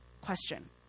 question